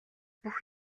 бүх